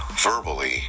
verbally